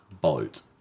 Boat